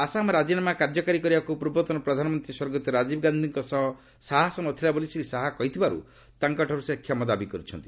ଆସାମ ରାଜିନାମା କାର୍ଯ୍ୟକାରୀ କରିବାକୁ ପୂର୍ବତନ ପ୍ରଧାନମନ୍ତ୍ରୀ ସ୍ୱର୍ଗତ ରାଜୀବ ଗାନ୍ଧିଙ୍କ ସାହସ ନ ଥିଲା ବୋଲି ଶ୍ରୀ ଶାହା କହିଥିବାରୁ ତାଙ୍କଠାରୁ ସେ କ୍ଷମା ଦାବି କରିଛନ୍ତି